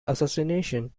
assassination